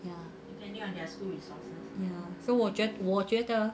ya ya so 我觉得我觉得